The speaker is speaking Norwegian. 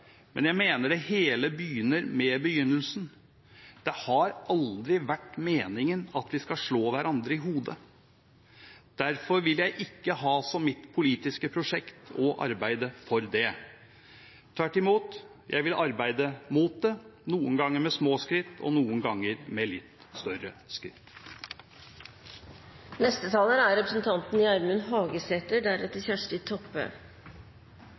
Men jeg mener det hele begynner med begynnelsen. Det har aldri vært meningen at vi skal slå hverandre i hodet. Derfor vil jeg ikke ha som mitt politiske prosjekt å arbeide for det. Tvert imot vil jeg arbeide mot det, noen ganger med små skritt og noen ganger med litt større